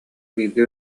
бииргэ